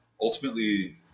ultimately